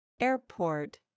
Airport